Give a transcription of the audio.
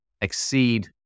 exceed